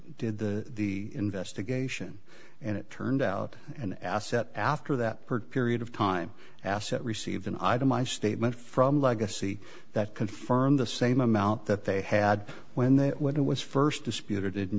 did the investigation and it turned out an asset after that part period of time asset received an itemized statement from legacy that confirmed the same amount that they had when they when it was first disputed in